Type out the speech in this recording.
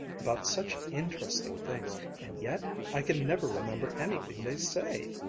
about such interesting things, and yet i can never remember anything they say.